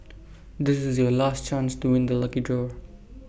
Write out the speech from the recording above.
this is your last chance doing the lucky draw